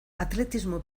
atletismo